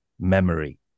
memory